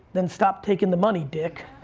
then stop taking the money, dick.